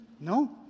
No